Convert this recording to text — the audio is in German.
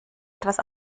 etwas